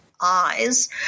eyes